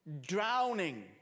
drowning